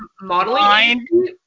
Modeling